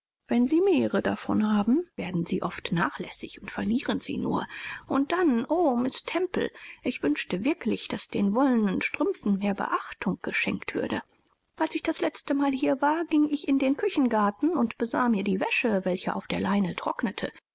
wenn sie mehre davon haben werden sie oft nachlässig und verlieren sie nur und dann o miß temple ich wünschte wirklich daß den wollenen strümpfen mehr beachtung geschenkt würde als ich das letztemal hier war ging ich in den küchengarten und besah mir die wäsche welche auf der leine trocknete